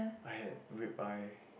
I had read by